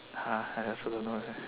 uh I also don't know eh